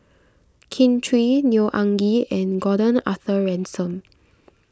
Kin Chui Neo Anngee and Gordon Arthur Ransome